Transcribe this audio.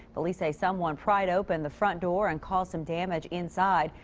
police say someone pried open the front door, and caused some damage inside.